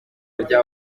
rya